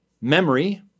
memory